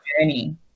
journey